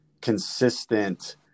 consistent